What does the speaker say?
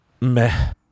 meh